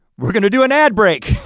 we're gonna do an ad break.